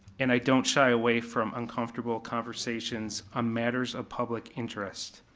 and i don't shy away from uncomfortable conversations on matters of public interest.